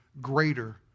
greater